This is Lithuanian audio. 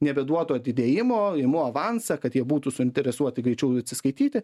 nebeduotų atidėjimo imu avansą kad jie būtų suinteresuoti greičiau atsiskaityti